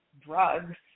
drugs